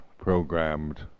programmed